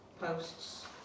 posts